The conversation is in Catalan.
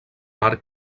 mar